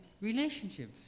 relationships